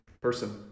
person